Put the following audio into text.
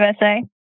USA